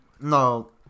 No